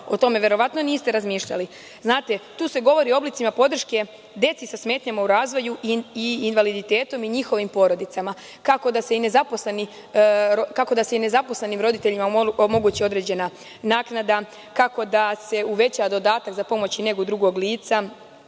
O tome verovatno niste razmišljali. Tu se govori o oblicima podrške deci sa smetnjama u razvoju i invaliditetom i njihovim porodicama, kako da se i ne zaposlenim roditeljima omogući određena naknada, kako da se uveća dodatak za pomoć i negu drugog lica,